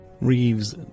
Reeves